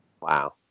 Wow